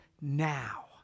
now